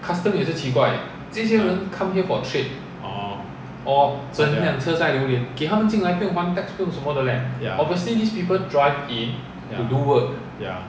ya orh ya ya ya